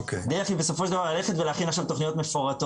הדרך היא בסופו של דבר היא ללכת ולהכין עכשיו תוכניות המפורטות.